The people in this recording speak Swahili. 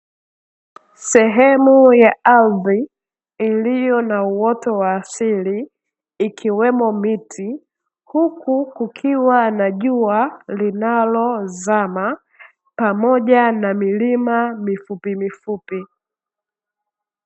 Sehemu ya ardhi ilio na uoto wa asili ikiwemo miti, huku kukiwa na jua linalo zama pamoja na milima mifupimifupi.